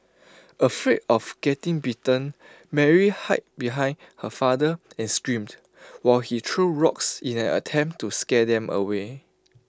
afraid of getting bitten Mary hid behind her father and screamed while he threw rocks in an attempt to scare them away